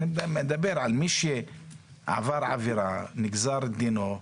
אני מדבר על מי שעבר עבירה, נגזר דינו,